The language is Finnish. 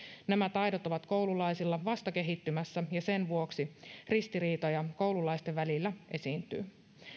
nämä taidot ovat koululaisilla vasta kehittymässä ja sen vuoksi ristiriitoja koululaisten välillä esiintyy